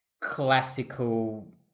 classical